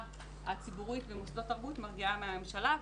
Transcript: הציבורית במוסדות תרבות מגיעה מהממשלה,